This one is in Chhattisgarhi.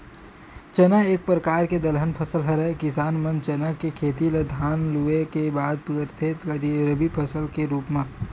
चना एक परकार के दलहन फसल हरय किसान मन चना के खेती ल धान लुए के बाद करथे रबि फसल के रुप म